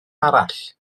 arall